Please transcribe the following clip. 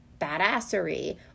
badassery